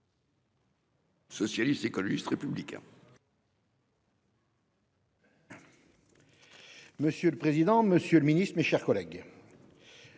Socialistes écologistes républicains.